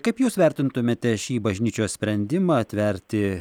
kaip jūs vertintumėte šį bažnyčios sprendimą atverti